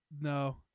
No